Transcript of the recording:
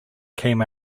came